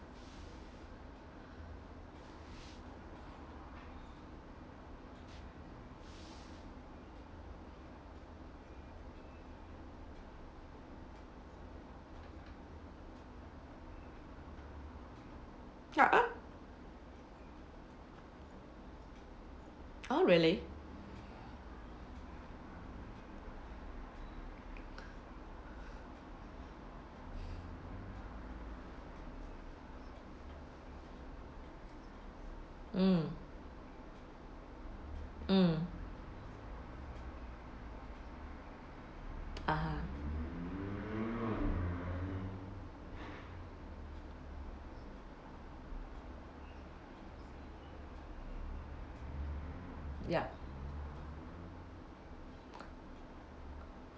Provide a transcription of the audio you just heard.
a'ah oh really mm mm ah ya